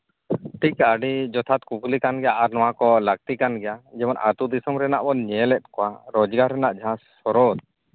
ᱴᱷᱤᱠ ᱟᱹᱰᱤ ᱡᱚᱛᱷᱟᱛ ᱠᱩᱠᱞᱤ ᱠᱟᱱ ᱜᱮᱭᱟ ᱟᱨ ᱱᱚᱣᱟ ᱠᱚ ᱞᱟᱹᱠᱛᱤ ᱠᱟᱱ ᱜᱮᱭᱟ ᱡᱮᱢᱚᱱ ᱟᱛᱳ ᱫᱤᱥᱚᱢ ᱨᱮᱱᱟᱜ ᱵᱚᱱ ᱧᱮᱞ ᱮᱫ ᱠᱚᱣᱟ ᱨᱳᱡᱽᱜᱟᱨ ᱨᱮᱱᱟᱜ ᱡᱟᱦᱟᱸ ᱥᱨᱳᱫᱷ